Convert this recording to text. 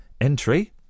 Entry